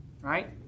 right